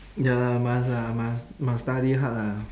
ya lah must ah must must study hard lah